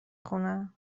خونه